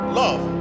love